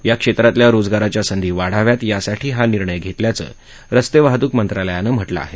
या क्षेत्रातल्या रोजगाराच्या संधी वाढाव्यात यासाठी हा निर्णय घेत असल्याचं रस्ते वाहतुक मंत्रालयानं म्हटलं आहे